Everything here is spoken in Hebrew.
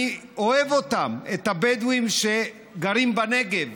אני אוהב אותם, את הבדואים שגרים בנגב,